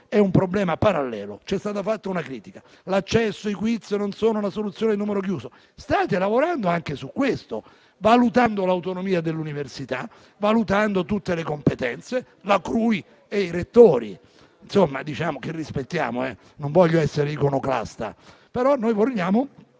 è un problema parallelo. Ci è stata rivolta una critica: l'accesso e i quiz non sono la soluzione al numero chiuso. State lavorando anche su questo, valutando l'autonomia dell'università, valutando tutte le competenze, la CRUI e i rettori, che rispettiamo. Io non voglio essere iconoclasta. Noi vogliamo